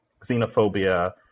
xenophobia